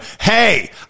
hey